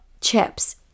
chips